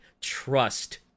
Trust